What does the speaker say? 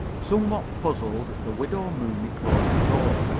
somewhat puzzled, the widow mooney closed the door.